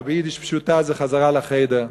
ביידיש פשוטה זה: חזרה לחדר.